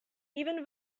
even